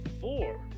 four